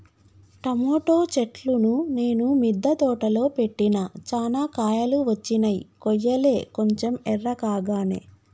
tomato చెట్లును నేను మిద్ద తోటలో పెట్టిన చానా కాయలు వచ్చినై కొయ్యలే కొంచెం ఎర్రకాగానే